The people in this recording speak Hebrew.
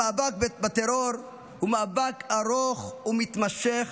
המאבק בטרור הוא מאבק ארוך ומתמשך.